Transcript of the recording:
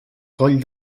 coll